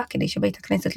לתפילה.